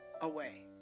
away